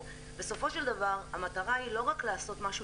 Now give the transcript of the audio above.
בסופו של דבר המטרה היא לא רק לעשות משהו